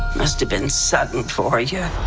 must have been sudden for ya.